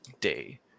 day